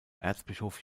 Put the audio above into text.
erzbischof